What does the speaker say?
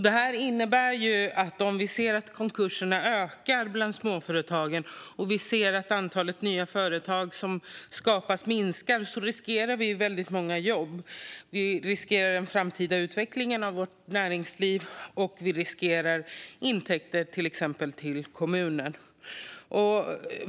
Detta innebär att om konkurserna ökar bland småföretagen och antalet nya företag som skapas minskar riskerar man väldigt många jobb, framtida utveckling av näringslivet och intäkter exempelvis till kommuner.